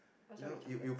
what wrong with chocolate